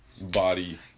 body